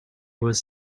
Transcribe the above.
was